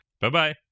Bye-bye